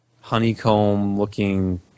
honeycomb-looking